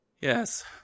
Yes